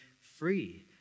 free